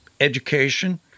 education